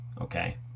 okay